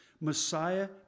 Messiah